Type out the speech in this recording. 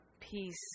peace